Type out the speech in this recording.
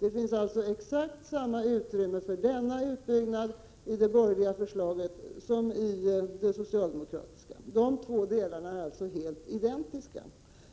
Det finns alltså exakt samma utrymme för denna utbyggnad i det borgerliga förslaget som i det socialdemokratiska. De två delarna är helt identiska.